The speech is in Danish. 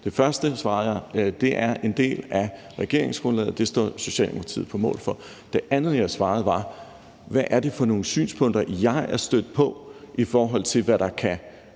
det første svarede jeg, at det er en del af regeringsgrundlaget, og det står Socialdemokratiet på mål for. Til det andet svarede jeg, hvad det er for nogle synspunkter, jeg er stødt på, i forhold til hvad der kan